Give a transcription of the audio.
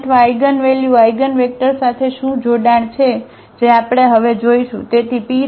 અહીં અથવા eigenvalue eigenvector સાથે શું જોડાણ છે જે આપણે હવે જોશું